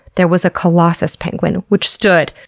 there was a colossus penguin which stood